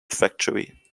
factory